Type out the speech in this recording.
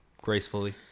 gracefully